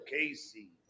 Casey